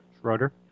Schroeder